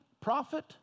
prophet